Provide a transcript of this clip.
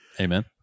Amen